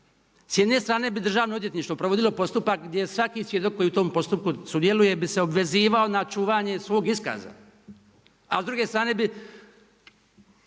S jedne strane bi državno odvjetništvo provodilo postupak gdje svaki svjedok koji u tom postupku sudjeluje bi se obvezivao na čuvanje svog iskaza ali s druge strane bi